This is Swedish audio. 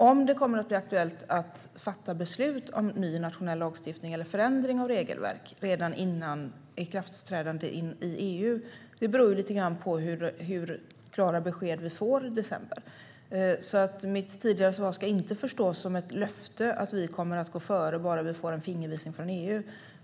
Om det kommer att bli aktuellt att fatta beslut om ny nationell lagstiftning eller förändring av regelverk redan innan ikraftträdandet i EU beror lite grann på hur klara besked som vi får i december. Mitt tidigare svar ska därför inte förstås som ett löfte om att vi kommer att gå före bara vi får en fingervisning från EU.